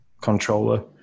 controller